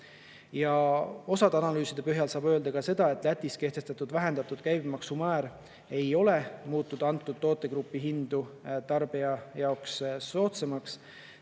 Ja osa analüüside põhjal saab öelda ka seda, et Lätis kehtestatud vähendatud käibemaksumäär ei ole muutnud antud tootegrupi hindu tarbija jaoks soodsamaks.